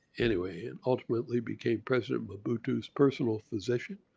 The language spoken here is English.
anyway and ultimately became president of mobutu's personal physician.